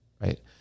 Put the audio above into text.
right